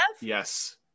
Yes